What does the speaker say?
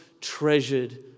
treasured